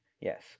Yes